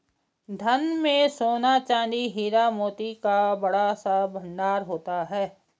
धन में सोना, चांदी, हीरा, मोती का बड़ा सा भंडार होता था